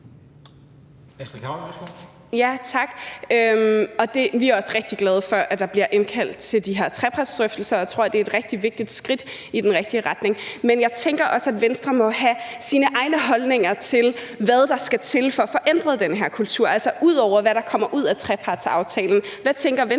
Vi er også rigtig glade for, at der bliver indkaldt til de her trepartsdrøftelser, og jeg tror, det er et rigtig vigtigt skridt i den rigtige retning. Men jeg tænker også, at Venstre jo må have sine egne holdninger til, hvad der skal til for at få ændret den her kultur. Altså, ud over det, der kommer ud af trepartsaftalen, hvad tænker Venstre